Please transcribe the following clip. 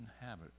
habit